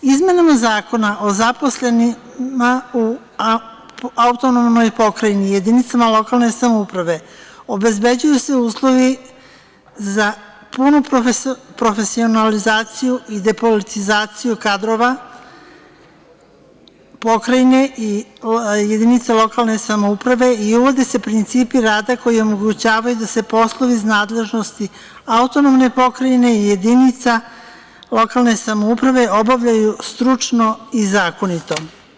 Izmenama zakona o zaposlenima u AP i jedinicama lokalne samouprave obezbeđuju se uslovi za punu profesionalizaciju i depolitizaciju kadrova pokrajine i jedinica lokalne samouprave i uvode se principi rada koji omogućavaju da se poslovi iz nadležnosti AP i jedinica lokalne samouprave obavljaju stručno i zakonito.